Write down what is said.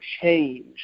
change